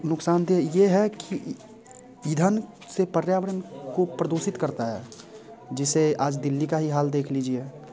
नुक़सानदेह यह है कि ईंधन से पर्यावरण को प्रदूषित करता है जिसे आज दिल्ली का ही हाल देख लीजिए